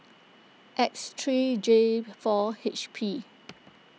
X three J four H P